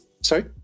sorry